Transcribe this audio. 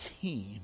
team